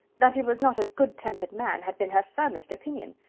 that he was not a good-tempered man had been her firmest opinion.